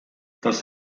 das